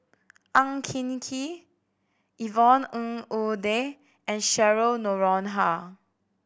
Ang Hin Kee Yvonne Ng Uhde and Cheryl Noronha